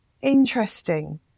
interesting